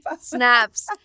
snaps